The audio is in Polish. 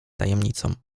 tajemnicą